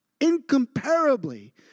incomparably